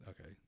okay